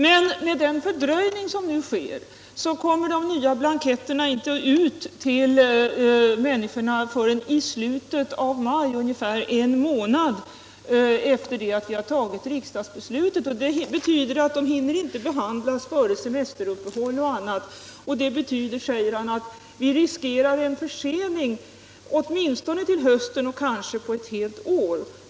Genom den fördröjning som nu sker kommer de nya blanketterna inte ut till människorna förrän i slutet av maj, ungefär en månad efter det att riksdagen fattat sitt beslut. Det betyder att ansökningarna inte hinner behandlas före semesteruppehållet. Det medför att man riskerar en försening, åtminstone till hösten och kanske på ett helt år.